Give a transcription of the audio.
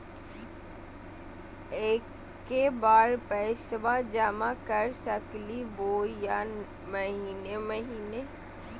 एके बार पैस्बा जमा कर सकली बोया महीने महीने?